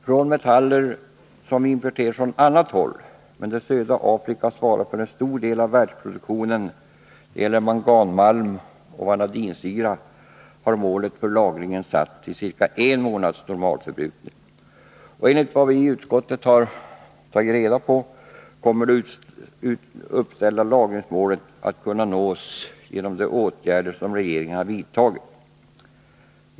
För metaller som vi importerar från annat håll men där södra Afrika svarar för en stor del av världsproduktionen — det gäller manganmalm och vanadinsyra — har målet för lagringen satts till ca en månads normal förbrukning. Enligt vad vi i utskottet har tagit reda på kommer de uppställda lagringsmålen att kunna nås genom de åtgärder som regeringen har vidtagit.